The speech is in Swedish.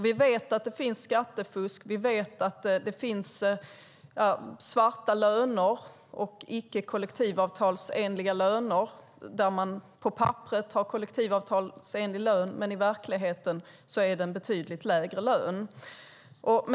Vi vet att det finns skattefusk, svarta löner och icke kollektivavtalsenliga löner där man på papperet har kollektivavtalsenlig lön men betydligt lägre lön i verkligheten.